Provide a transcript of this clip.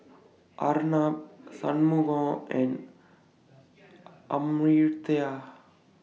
Arnab Shunmugam and Amartya